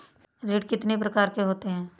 ऋण कितनी प्रकार के होते हैं?